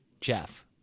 Jeff